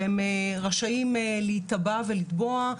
שהם רשאים להיתבע ולתבוע.